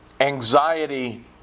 anxiety